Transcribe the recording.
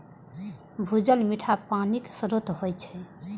भूजल मीठ पानिक स्रोत होइ छै